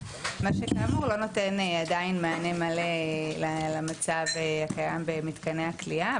מה שכאמור לא נותן עדיין מענה מלא למצב הקיים במתקני הכליאה.